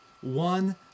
one